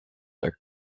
are